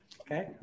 Okay